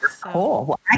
cool